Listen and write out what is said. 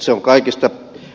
se on kaikista